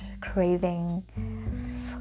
craving